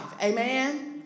amen